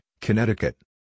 Connecticut